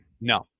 No